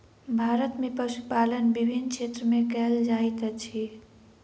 भारत में पशुपालन विभिन्न क्षेत्र में कयल जाइत अछि